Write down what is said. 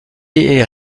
est